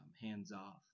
hands-off